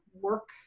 work